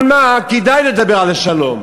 אבל מה, כדאי לדבר על השלום.